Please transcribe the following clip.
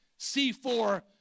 C4